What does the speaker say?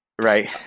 Right